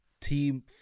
team